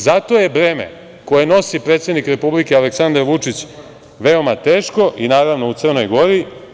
Zato je breme koje nosi predsednik Republike Aleksandar Vučić, veoma teško i naravno u Crnoj Gori.